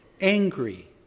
angry